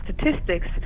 statistics